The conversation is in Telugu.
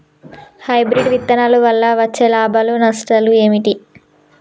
హైబ్రిడ్ విత్తనాల వల్ల వచ్చే లాభాలు నష్టాలు ఏమిటి?